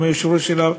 עם המנכ"ל שלה,